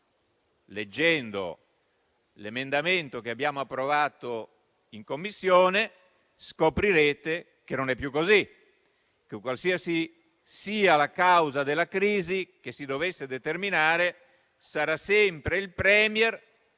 Leggendo l'emendamento che abbiamo approvato in Commissione, scoprirete che non è più così: qualsiasi sia la causa della crisi che si dovesse determinare, sarà sempre il *Premier*